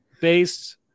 based